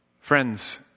friends